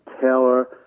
Taylor